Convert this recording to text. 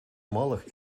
малых